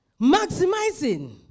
Maximizing